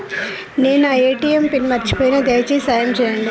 నేను నా ATM pin మర్చిపోయిన, దయచేసి సాయం చేయండి